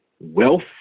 Wealth